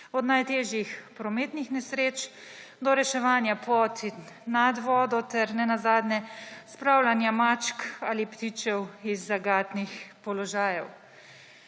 od najtežjih prometnih nesreč do reševanja pod in nad vodo ter nenazadnje spravljanja mačk ali ptičev iz zagatnih položajev.